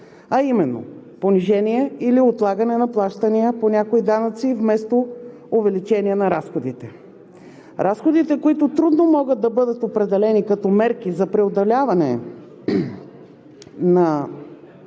а именно понижение или отлагане на плащания по някои данъци, вместо увеличение на разходите. Разходите, които трудно могат да бъдат определени като мерки за преодоляване на